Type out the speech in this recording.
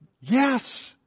Yes